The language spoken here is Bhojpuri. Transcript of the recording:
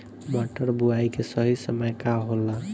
मटर बुआई के सही समय का होला?